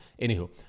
anywho